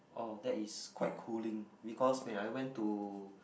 oh that is quite cooling because and I went to